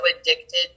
addicted